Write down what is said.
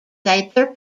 cider